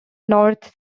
north